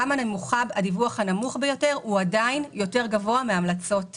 גם הדיווח הנמוך ביותר הוא עדיין גבוה יותר מהמלצות הסוכר.